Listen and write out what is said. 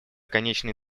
конечной